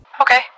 okay